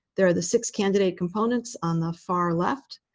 there are the six candidate components on the far left.